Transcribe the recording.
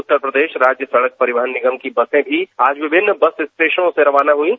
उत्तर प्रदेश राज्य सड़क परिवहन निगम की बसें भी आज विभिन्न बस स्टेशनों से रवाना हुईं